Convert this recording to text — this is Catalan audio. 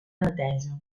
neteja